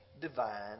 divine